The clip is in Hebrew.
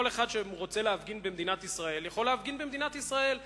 כל אחד שרוצה להפגין במדינת ישראל יכול להפגין במדינת ישראל,